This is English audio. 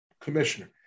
commissioner